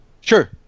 Sure